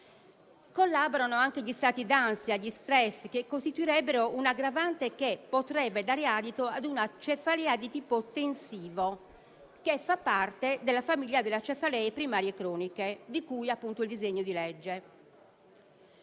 Collaborano anche gli stati d'ansia e gli *stress*, che costituirebbero un aggravante che potrebbe dare adito a una cefalea di tipo tensivo, che fa parte della famiglia delle cefalee primarie croniche, di cui appunto al disegno di legge.